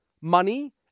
money